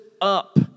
up